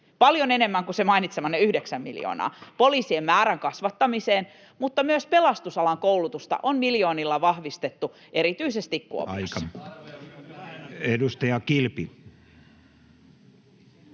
paljon enemmän kuin se mainitsemanne 9 miljoonaa — poliisien määrän kasvattamiseen, mutta myös pelastusalan koulutusta on miljoonilla vahvistettu erityisesti Kuopiossa. [Puhemies: